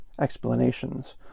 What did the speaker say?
explanations